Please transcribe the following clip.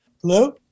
Hello